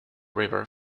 river